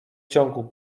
ciągu